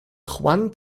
juan